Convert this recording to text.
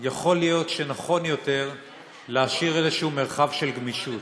יכול להיות שנכון יותר להשאיר איזשהו מרחב של גמישות.